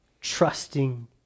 trusting